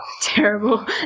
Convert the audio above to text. Terrible